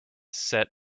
set